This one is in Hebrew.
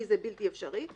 כי זה בלתי אפשרי.